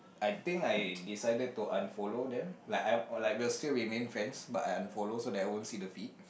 I think I decided to unfollow them like I like we'll still remain friends but I unfollow so I won't see the feed